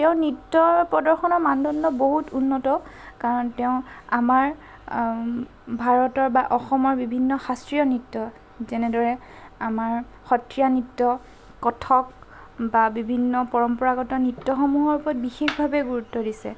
তেওঁৰ নৃত্যৰ প্ৰদৰ্শনৰ মানদণ্ড বহুত উন্নত কাৰণ তেওঁ আমাৰ ভাৰতৰ বা অসমৰ বিভিন্ন শাস্ত্ৰীয় নৃত্য যেনেদৰে আমাৰ সত্ৰীয়া নৃত্য কথক বা বিভিন্ন পৰম্পৰাগত নৃত্যসমূহৰ ওপৰত বিশেষভাৱে গুৰুত্ব দিছে